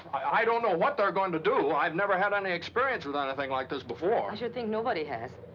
i don't know what they're going to do. i've never had any experience with anything like this before. i should think nobody has.